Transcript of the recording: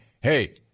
Hey